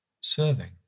Serving